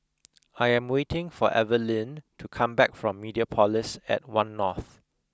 I am waiting for Evaline to come back from Mediapolis at One North